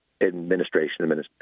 Administration